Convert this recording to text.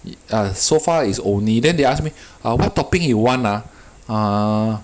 err so far is only then they ask me err what topping you want ah